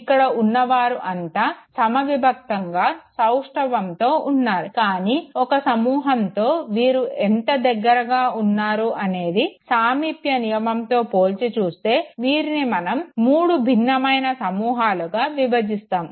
ఇక్కడ ఉన్న వారు అంతా సమవిభక్తంగా సౌష్టవంతో ఉన్నారు కానీ ఒక సమూహంతో వీరు ఎంత దగ్గరగా ఉన్నారు అనేది సామెప్య నియమంతో పోల్చి చూస్తే వీరిని మనం మూడు భిన్నమైన సమూహాలుగా విభజిస్తాము